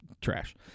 trash